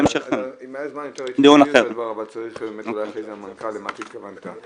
אם היה יותר זמן הייתי --- אבל צריך באמת --- למה אתה התכוונת.